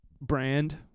brand